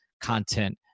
content